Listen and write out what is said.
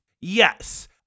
Yes